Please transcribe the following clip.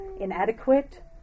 inadequate